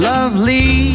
Lovely